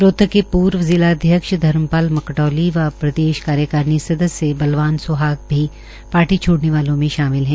रोहतक के पूर्व जिलाध्यक्ष धर्मपाल मकड़ौली व प्रदेश कार्यकारिणी सदस्य बलवाल स्हाग भी पार्टी छोड़ने वाले में शामिल है